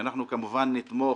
שאנחנו כמובן נתמוך